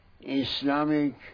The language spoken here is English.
Islamic